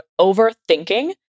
overthinking